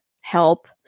help